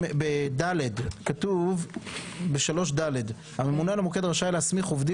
ב-3(ד) כתוב "הממונה על המוקד רשאי להסמיך עובדים